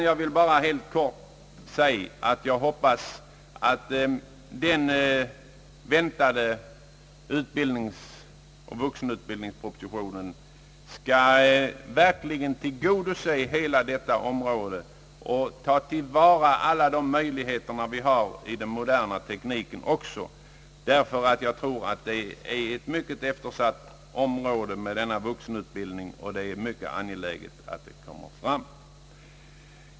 Jag vill bara helt kort säga att jag hoppas att den väntade vuxenutbildningspropositionen verkligen skall tillgodose hela detta område och även ta till vara alla de möjligheter vi har i den moderna teknikens hjälpmedel. Jag tror nämligen att vuxenutbildningen är ett mycket eftersatt område, och det är mycket angeläget att det görs något.